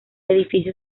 edificio